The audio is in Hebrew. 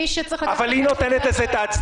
מי שצריך לקחת --- אבל היא נותנת לזה את ההצדקה.